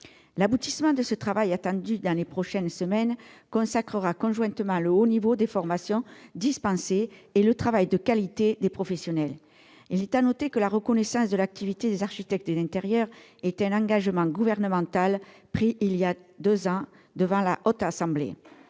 L'aboutissement de ce travail, attendu dans les prochaines semaines, consacrera conjointement le haut niveau des formations dispensées et le travail de qualité des professionnels. Il est à noter que la reconnaissance de l'activité des architectes d'intérieur est un engagement gouvernemental pris il y a deux ans devant la Haute Assemblée.